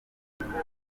ikipari